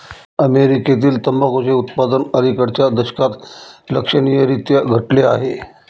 अमेरीकेतील तंबाखूचे उत्पादन अलिकडच्या दशकात लक्षणीयरीत्या घटले आहे